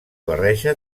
barreja